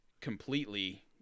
completely